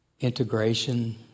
integration